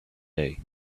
day